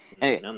Hey